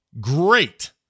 great